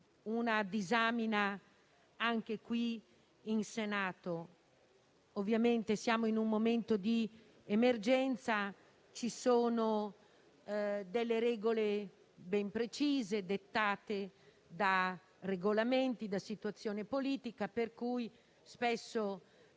per esaminarlo anche qui in Senato. Ovviamente siamo in un momento di emergenza, ci sono delle regole ben precise dettate dai regolamenti e dalla situazione politica, per cui spesso